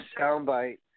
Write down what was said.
soundbite